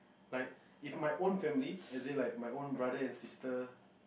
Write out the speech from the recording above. like if my own family as in like my own brother and sister